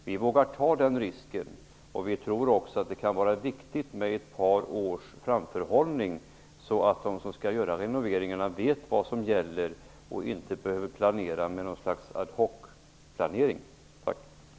Vi vågar ta den risken, och vi tror också att det kan vara viktigt med ett par års framförhållning, så att de som skall göra renoveringarna vet vad som gäller och inte behöver göra något slags ad hoc-planering. Tack!